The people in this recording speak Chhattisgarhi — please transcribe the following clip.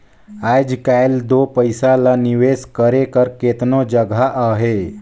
आएज काएल दो पइसा ल निवेस करे कर केतनो जगहा अहे